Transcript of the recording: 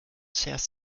zuerst